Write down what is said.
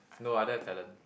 no I don't have talent